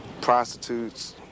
prostitutes